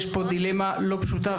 יש פה דילמה לא פשוטה.